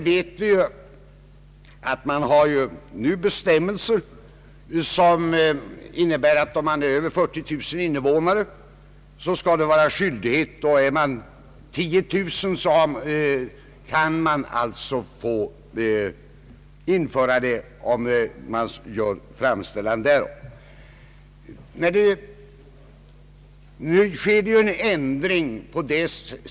Nu gällande bestämmelser innebär att om en kommun har över 40 000 invånare har den skyldighet att införa valkretsindelning och om den har över 10000 kan den efter framställan göra det.